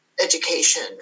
education